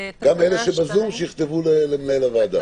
גם אלה שבזום, שיכתבו למנהל הוועדה.